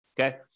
Okay